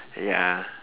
ya